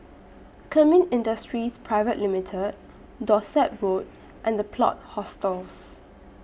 Kemin Industries Pte Limited Dorset Road and The Plot Hostels